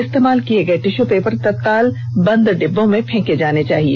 इस्तेमाल किये गये टिश्यू पेपर तत्काल बंद डिब्बो में फेंके जाने चाहिए